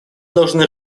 должны